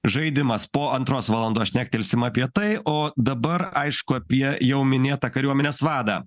žaidimas po antros valandos šnektelsim apie tai o dabar aišku apie jau minėtą kariuomenės vadą